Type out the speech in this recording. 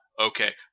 okay